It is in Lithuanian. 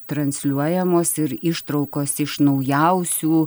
transliuojamos ir ištraukos iš naujausių